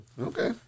Okay